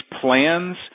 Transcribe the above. plans